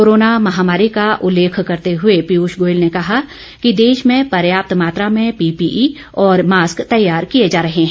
corona महामारी का उल्लेख करते हुए पीयूष गोयल ने कहा कि देश में पर्याप्त मात्रा में पीपीई और मॉस्क तैयार किए जा रहे हैं